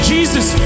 Jesus